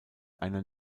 einer